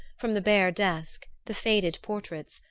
from the bare desk, the faded portraits,